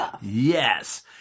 Yes